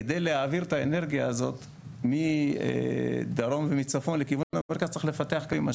כדי להעביר את האנרגיה הזו מדרום ומצפון לכיוון המרכז צריך לפתח קווים.